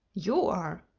you are,